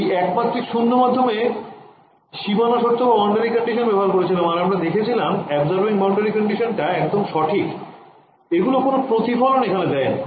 এই একমাত্রিক শূন্য মাধ্যমে সীমানা শর্ত ব্যবহার করেছিলাম আর আমরা দেখেছিলাম absorbing boundary condition টা একদম সঠিক এগুলো কোন প্রতিফলন এখানে দেয় নি